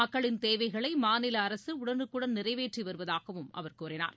மக்களின் தேவைகளை மாநில அரசு உடனுக்குடன் நிறைவேற்றி வருவதாகவும் அவர் கூறினார்